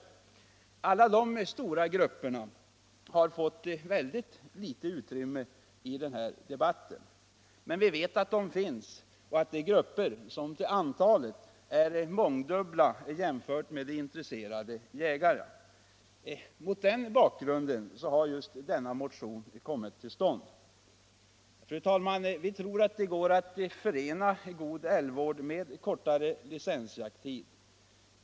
Dessa stora grupper har fått ytterst litet utrymme i den här debatten. Men vi vet att de finns och att dessa grupper med alla sina medlemmar representerar mångdubbelt fler människor än antalet intresserade jägare. Mot den bakgrunden har vår motion kommit till. Fru talman! Vi tror att det går att förena en god älgvård med kortare licensjakttid.